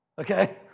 Okay